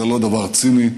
זה לא דבר ציני.